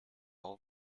all